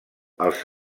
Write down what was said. els